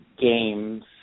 games